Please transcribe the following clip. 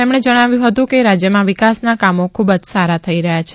તેમણે જણાવ્યું હતુ કે રાજ્યમાં વિકાસના કામો ખૂબ જ સારા થઇ રહયા છે